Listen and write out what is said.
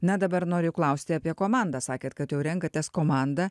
na dabar noriu klausti apie komandą sakėt kad jau renkatės komandą